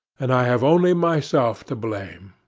and i have only myself to blame.